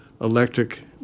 electric